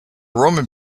roman